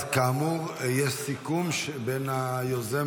כאמור, יש סיכום בין היוזם